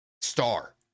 star